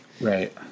Right